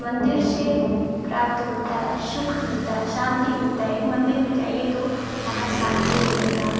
मंदिर से प्राप्त होता है सुख मिलता है शांति मिलता है एक मंदिर में जाइए तो वहाँ शांति मिलेगा